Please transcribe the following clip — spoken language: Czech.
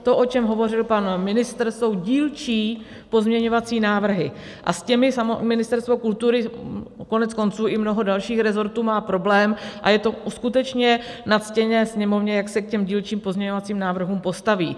To, o čem hovořil pana ministr, jsou dílčí pozměňovací návrhy, s těmi samo Ministerstvo kultury a koneckonců i mnoho dalších resortů má problém a je skutečně na ctěné Sněmovně, jak se k těm dílčím pozměňovacím návrhům postaví.